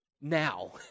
now